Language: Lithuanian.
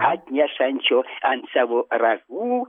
atnešančio ant savo ragų